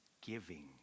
giving